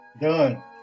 Done